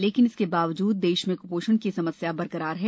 लेकिन इसके बावजूद देश में कुपोषण की समस्या बरकरार है